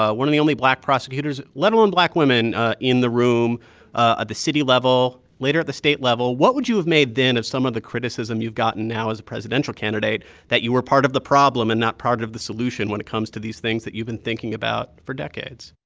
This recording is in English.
ah one of the only black prosecutors let alone black women in the room at the city level later at the state level what would you have made then of some of the criticism you've gotten now as a presidential candidate that you were part of the problem and not part of the solution when it comes to these things that you've been thinking about for decades?